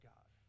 God